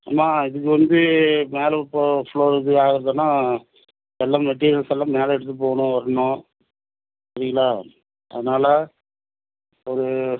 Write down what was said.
அம்மா இதுக்கு வந்து மேலே இப்போ ஃப்ளோர் ஆகுதுன்னா எல்லா மெட்டீரியல்ஸ் எல்லாம் மேலே எடுத்துகிட்டு போகணும் வரணும் சரிங்ளா அதனால் ஒரு